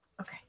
okay